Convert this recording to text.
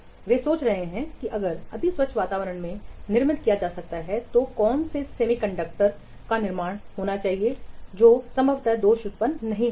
वे सोच रहे हैं कि अगर अति स्वच्छ वातावरण में निर्मित किया जा सकता है तो कौन से सेमीकंडक्टर निर्माण होता है तो संभवतः दोष उत्पन्न नहीं होंगे